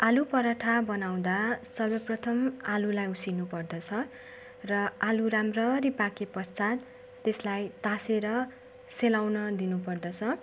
आलु पराठा बनाउँदा सर्वप्रथम आलुलाई उसिन्नु पर्दछ र आलु राम्ररी पाकेपश्चात त्यसलाई तासेर सेलाउन दिनुपर्दछ